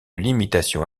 limitation